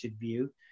view